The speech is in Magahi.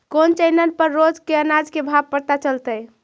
कोन चैनल पर रोज के अनाज के भाव पता चलतै?